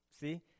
See